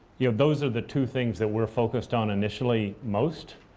you know those are the two things that we're focused on initially most.